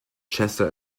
chester